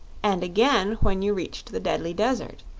and again when you reached the deadly desert.